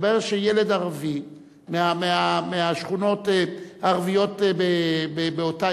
התברר שילד ערבי מהשכונות הערביות באותה